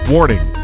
Warning